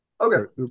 Okay